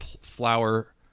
flower